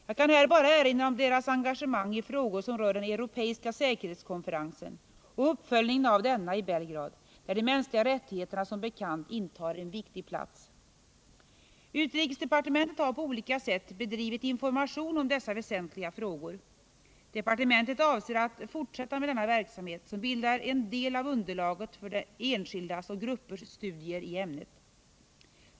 Jag kan här bara erinra om deras engagemang i frågor som rör den europeiska säkerhetskonferensen och uppföljningen av denna i Belgrad, där de mänskliga rättigheterna som bekant intar en viktig plats. Utrikesdepartementet har på olika sätt bedrivit information om dessa väsentliga frågor. Departementet avser att fortsätta med denna verksamhet, som bildar en del av underlaget för enskildas och gruppers studier i ämnet.